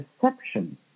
perception